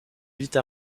lutte